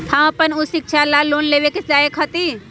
हम अपन उच्च शिक्षा ला लोन लेवे के लायक हती?